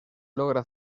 logra